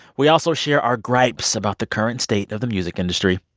we also share our gripes about the current state of the music industry.